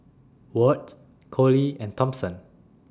Wirt Collie and Thompson